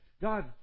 God